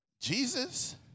Jesus